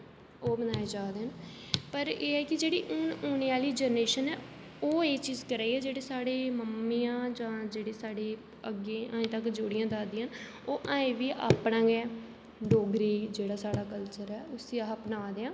ओह् बनाए जा दे न पर एह् ऐ कि जेह्ड़ी हून औने आह्ली जेनरेशन ऐ ओह् एह् चीज करा दी ऐ जेह्ड़ी साढ़ी मम्मियां जां जेह्ड़ियां साढ़े अग्गें ऐहीं तक जेह्ड़ियां दादियां न ओह् ऐहीं बी अपना गै डोगरी जेह्ड़ा साढ़ा कल्चर ऐ उसी अस अपना दे आं